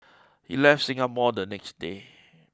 he left Singapore the next day